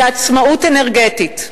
זה עצמאות אנרגטית,